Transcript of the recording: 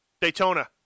Daytona